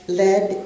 led